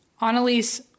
Annalise